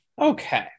okay